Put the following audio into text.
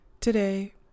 Today